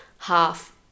half